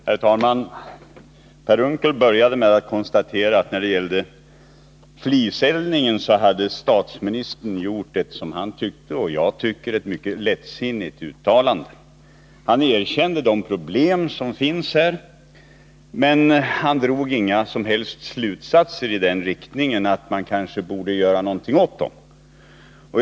Herr talman! Per Unckel började med att konstatera att statsministern när det gällde fliseldningen hade gjort ett som han tyckte — och det tycker också jag - mycket lättsinnigt uttalande. Han erkände att det finns problem på det här området, men han drog inga som helst slutsatser i den riktningen att man borde göra någonting åt problemen.